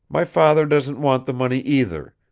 my father doesn't want the money either.